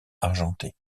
argentée